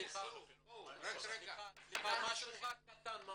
סליחה משהו קטן.